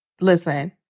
listen